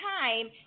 time